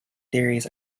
theories